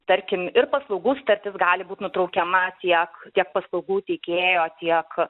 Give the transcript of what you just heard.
tarkim ir paslaugų sutartis gali būti nutraukiama tiek tiek paslaugų teikėjo tiek